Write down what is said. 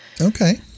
okay